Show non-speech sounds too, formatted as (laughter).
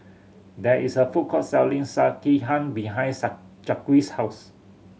there is a food court selling Sekihan behind (unintelligible) Jaquez's house